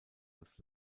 als